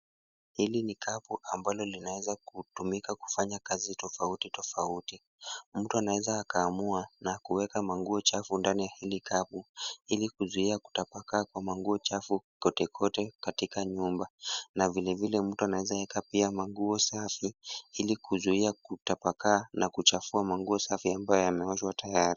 Hili ni kapu ambalo linaweza kutumika kufanya kazi tofauti tofauti. Mtu anaeza akaamua na kuweka manguo chafu ndani ya hili kapu ili kuzuia kutapakaa kwa manguo chafu kote kote katika nyumba na vile vile mtu anaeza weka manguo safi ili kuzuia kutapakaa na kuchafua manguo safi ambayo yameoshwa tayari.